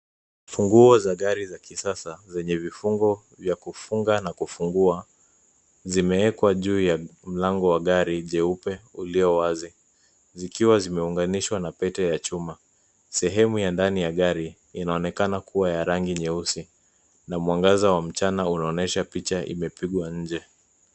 Funguo za gari za kisasa zenye vifungo vya kufunga na kufungua zimeekwa juu ya mlango wa gari jeupe ulio wazi zikiwa zimeunganishwa na pete ya chuma. Sehemu ya ndani ya gari inaonekana kuwa ya rangi nyeusi na mwangaza wa mchana unaonyesha picha imepigwa nje.